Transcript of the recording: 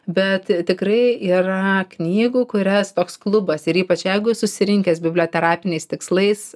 bet tikrai yra knygų kurias toks klubas ir ypač jeigu susirinkęs biblioterapiniais tikslais